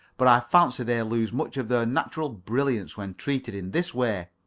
but i fancy they lose much of their natural brilliance when treated in this way.